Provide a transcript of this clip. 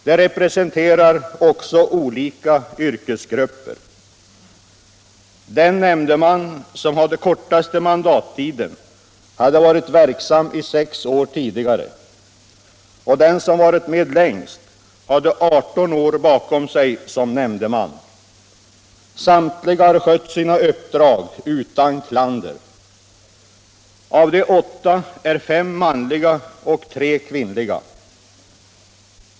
De representerar också olika yrkesgrupper. Den nämndeman som hade den kortaste mandattiden hade varit verksam i sex år tidigare, och den som varit med längst hade 18 år bakom sig som nämndeman. Samtliga har skött sina uppdrag utan klander. Av de åtta är fem manliga och tre kvinnliga.